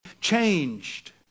changed